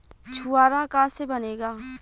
छुआरा का से बनेगा?